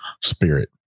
spirit